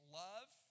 love